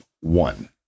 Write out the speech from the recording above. one